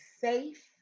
safe